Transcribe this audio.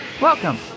Welcome